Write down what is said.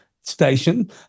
station